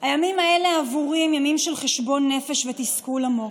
הימים האלה עבורי הם ימים של חשבון נפש ותסכול עמוק.